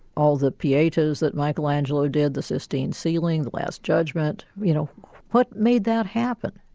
all the pietas that michelangelo did, the sistine ceiling, the last judgement you know what made that happen?